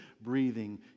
breathing